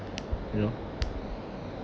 you know